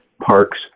parks